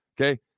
Okay